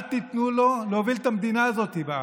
אל תיתנו לו להוביל את המדינה הזאת באף.